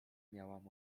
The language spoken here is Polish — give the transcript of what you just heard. miałam